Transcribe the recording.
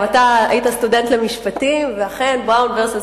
גם אתה היית סטודנט למשפטים, ואכן זה Brown v.